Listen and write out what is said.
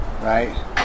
right